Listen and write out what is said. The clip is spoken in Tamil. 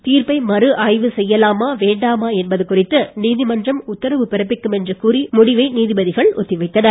தீர்ப்பை மறு ஆய்வு செய்யலாமா வேண்டாமா என்பது குறித்து நீதிமன்றம் உத்தரவு பிறப்பிக்கும் என்று கூறி முடிவை நீதிபதிகள் ஒத்திவைத்தனர்